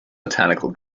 botanical